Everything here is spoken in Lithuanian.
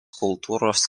kultūros